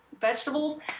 vegetables